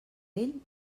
ell